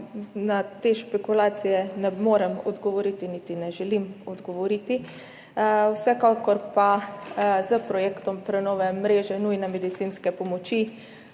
na te špekulacije ne morem niti ne želim odgovoriti. Vsekakor pa s projektom prenove mreže nujne medicinske pomoči